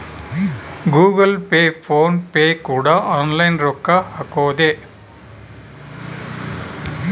Google Pay PhonePe ಕೂಡ online ರೊಕ್ಕ ಹಕೊದೆ